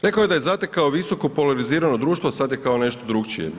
Rekao je da je zatekao visoko polarizirano društvo, sada je kao nešto drukčije.